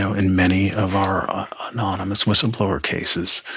so in many of our ah anonymous whistleblower cases,